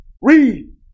Read